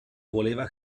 voleva